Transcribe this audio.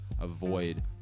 avoid